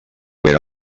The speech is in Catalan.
era